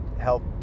help